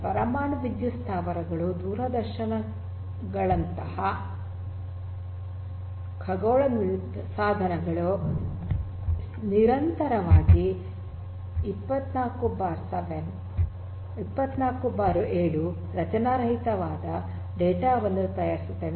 ಪರಮಾಣು ವಿದ್ಯುತ್ ಸ್ಥಾವರಗಳು ದೂರದರ್ಶಕಗಳಂತಹ ಖಗೋಳ ಸಾಧನಗಳು ನಿರಂತರವಾಗಿ 24x7 ರಚನಾರಹಿತವಾದ ಡೇಟಾ ವನ್ನು ತಯಾರಿಸುತ್ತವೆ